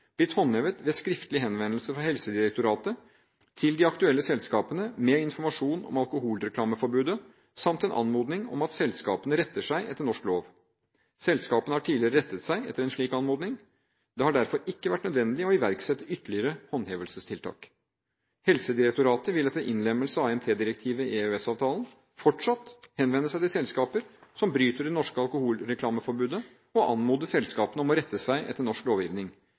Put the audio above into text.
blitt håndhevet ved skriftlig henvendelse fra Helsedirektoratet til de aktuelle selskapene med informasjon om alkoholreklameforbudet, samt en anmodning om at selskapene retter seg etter norsk lov. Selskapene har tidligere rettet seg etter en slik anmodning. Det har derfor ikke vært nødvendig å iverksette ytterligere håndhevelsestiltak. Helsedirektoratet vil etter innlemmelsen av AMT-direktivet i EØS-avtalen, fortsatt henvende seg til selskaper som bryter det norske alkoholreklameforbudet, og anmode selskapene om å rette seg etter norsk lovgivning.